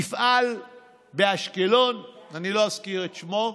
מפעל באשקלון, אני לא אזכיר את שמו.